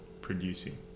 producing